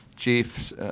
Chief